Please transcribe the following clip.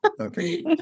okay